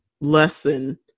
lesson